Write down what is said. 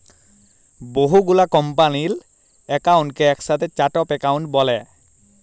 বহু গুলা কম্পালির একাউন্টকে একসাথে চার্ট অফ একাউন্ট ব্যলে